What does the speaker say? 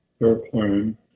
airplane